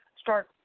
start